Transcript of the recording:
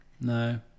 No